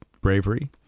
bravery